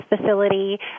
facility